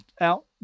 out